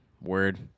Word